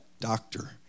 doctor